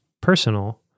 personal